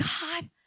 God